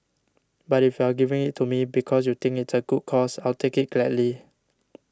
but if you are giving it to me because you think it's a good cause I'll take it gladly